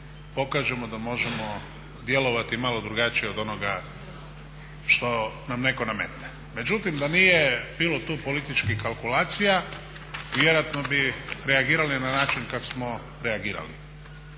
pokažemo da možemo djelovati i malo drugačije od onoga što nam netko nametne. Međutim, da nije bilo tu političkih kalkulacija vjerojatno bi reagirali na način kako smo reagirali,